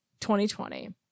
2020